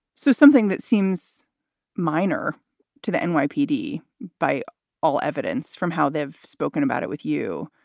so something that seems minor to the and nypd by all evidence from how they've spoken about it with you,